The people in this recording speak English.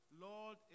Lord